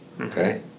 okay